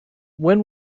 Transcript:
when